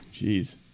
Jeez